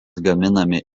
gaminami